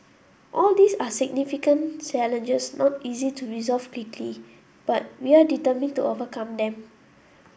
all these are significant challenges not easy to resolve quickly but we are determined to overcome them